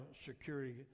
security